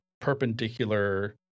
perpendicular